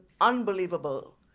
unbelievable